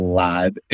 live